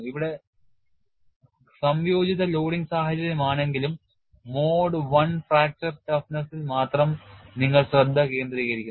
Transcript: ഇവിടെസംയോജിത loading സാഹചര്യമാണെങ്കിലും mode I fracture toughness ൽ മാത്രം നിങ്ങൾ ശ്രദ്ധ കേന്ദ്രീകരിക്കുന്നു